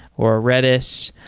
or a redis.